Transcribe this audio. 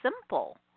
simple